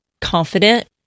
confident